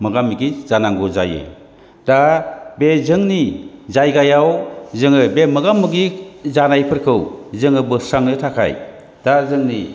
मोगा मोगि जानांगौ जायो दा बे जोंनि जायगायाव जोङो बे मोगा मोगि जानायफोरखौ जोङो बोस्रांनो थाखाय दा जोंनि